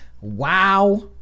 Wow